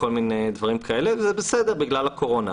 וזה בסדר בגלל הקורונה.